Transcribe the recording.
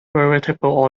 veritable